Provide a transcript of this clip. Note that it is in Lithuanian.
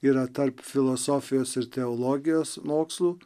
yra tarp filosofijos ir teologijos mokslų